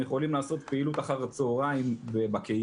הם יכולים לעשות פעילות אחר הצוהריים בקהילה